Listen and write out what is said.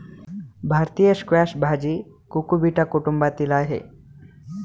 भारतीय स्क्वॅश भाजी कुकुबिटा कुटुंबातील आहे